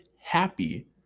happy